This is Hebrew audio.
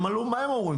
מה הם אומרים?